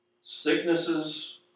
sicknesses